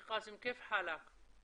מה שלומך?